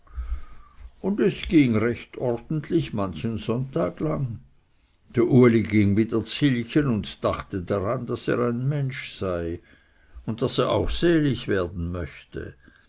und es ging recht ordentlich manchen sonntag lang der uli ging wieder zkilchen und dachte daran daß er ein mensch sei und daß er auch selig werden möchte